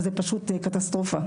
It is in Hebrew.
וזה פשוט קטסטרופה.